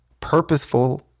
purposeful